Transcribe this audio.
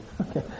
Okay